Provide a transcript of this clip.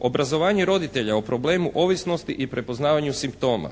obrazovanje roditelja o problemu ovisnosti i prepoznavanju simptoma,